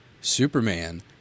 Superman